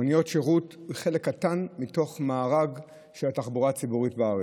מוניות שירות הן חלק קטן מתוך המארג של התחבורה הציבורית בארץ,